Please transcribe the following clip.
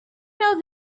know